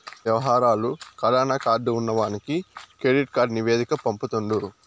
యవహారాలు కడాన కార్డు ఉన్నవానికి కెడిట్ కార్డు నివేదిక పంపుతుండు